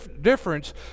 difference